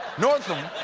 northam